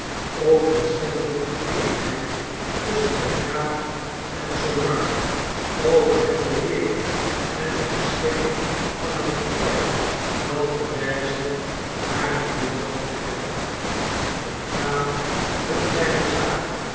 ook ontstond er oneenigheid tusschen den graaf en sir mark over het beheer en de beschikking van het fortuin dat therese van hare moeder had geerfd de graaf won zijne zaak